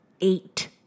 Eight